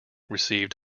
received